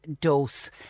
dose